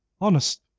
honest